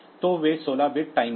तो वे 16 bit timer हैं